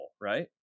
right